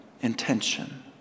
intention